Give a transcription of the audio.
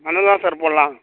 மணல் தான் சார் போடலாம்